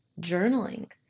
journaling